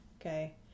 Okay